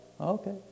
okay